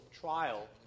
trial